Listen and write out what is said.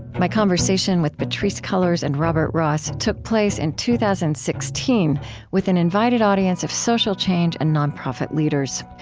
my conversation with patrisse cullors and robert ross took place in two thousand and sixteen with an invited audience of social change and nonprofit leaders.